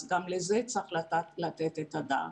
גם על זה צריך לתת את הדעת.